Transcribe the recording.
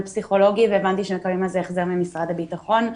פסיכולוגי והבנתי שמקבלים על זה החזר ממשרד הבטחון.